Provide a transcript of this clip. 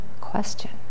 question